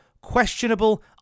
questionable